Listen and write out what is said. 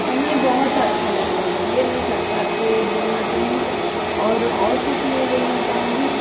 हमें बहुत अच्छा लगेगा ये मैं सरकार से बोलना चाहूँगी और और कुछ नहीं बोलना चाहूँगी